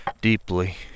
deeply